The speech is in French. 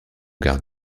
gare